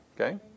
Okay